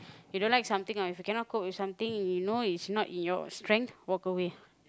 you don't like something or if you cannot cope with something you know it's not in your strength walk away